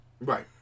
Right